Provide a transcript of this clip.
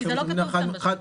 כי זה לא כתוב כאן בשקף.